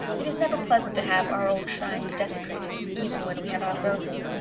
it is never pleasant to have our old shrines desecrated, even when we have outgrown them.